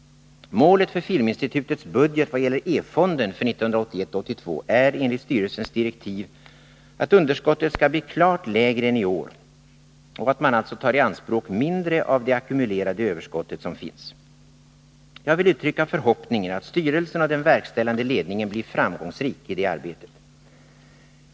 Målet för Filminstitutets budget vad gäller E-fonden för 1981/82 är, enligt styrelsens direktiv, att underskottet skall bli klart lägre än i år och att man alltså tar i anspråk mindre av det ackumulerade överskott som finns. Jag vill uttrycka förhoppningen att styrelsen och den verkställande ledningen blir framgångsrika i detta arbete.